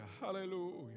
Hallelujah